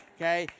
Okay